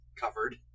covered